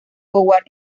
howard